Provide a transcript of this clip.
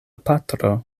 patro